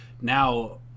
now